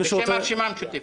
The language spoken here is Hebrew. בשם הרשימה המשותפת.